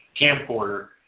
camcorder